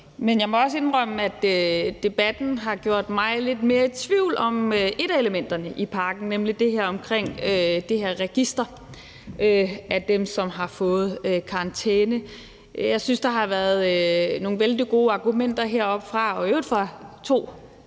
men jeg må også indrømme, at debatten har gjort mig lidt mere i tvivl om et af elementerne i pakken, nemlig det her register over dem, som har fået karantæne. Jeg synes, at der har været nogle vældig gode argumenter heroppefra – i øvrigt fra to